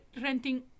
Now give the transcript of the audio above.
renting